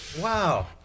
wow